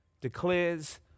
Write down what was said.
declares